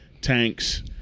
tanks